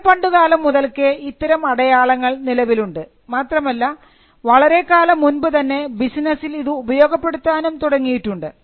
വളരെ പണ്ടുകാലം മുതൽക്കേ ഇത്തരം അടയാളങ്ങൾ നിലവിലുണ്ട് മാത്രമല്ല വളരെക്കാലം മുൻപുതന്നെ ബിസിനസ്സിൽ ഇത് ഉപയോഗപ്പെടുത്താനും തുടങ്ങിയിട്ടുണ്ട്